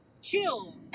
chill